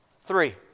three